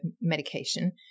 medication